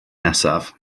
nesaf